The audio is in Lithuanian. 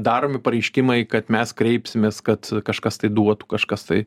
daromi pareiškimai kad mes kreipsimės kad kažkas tai duotų kažkas tai